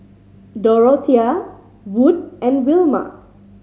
Dorothea Wood and Wilma